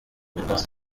imirwano